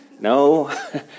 No